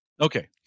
Okay